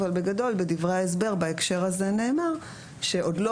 אבל בגדול בדברי ההסבר בהקשר הזה נאמר שעוד לא